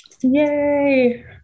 Yay